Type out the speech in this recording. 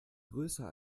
größer